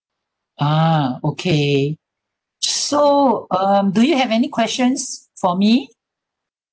ah okay so um do you have any questions for me